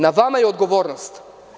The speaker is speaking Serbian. Na vama je odgovornost.